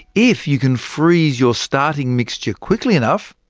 if you can freeze your starting mixture quickly enough,